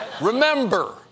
Remember